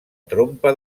trompa